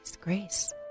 Grace